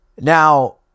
Now